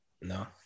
no